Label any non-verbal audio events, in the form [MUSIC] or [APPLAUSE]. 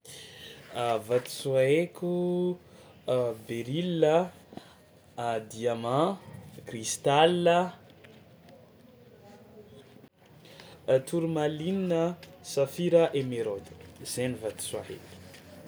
[NOISE] [HESITATION] Vatosoa haiko: [HESITATION] béryl a, a diamant, cristal a, a tourmaline, safira, émeraude, zay ny vatosoa haiky.